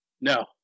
No